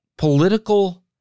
political